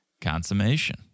consummation